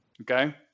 Okay